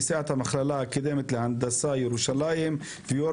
נשיאת המכללה האקדמית להנדסה ירושלים ויו"ר